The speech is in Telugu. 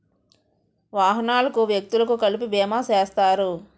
వాహనాలకు వ్యక్తులకు కలిపి బీమా చేస్తారు